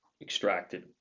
extracted